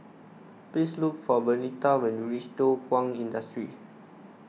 please look for Bernita when you reach Thow Kwang Industry